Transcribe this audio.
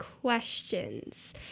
questions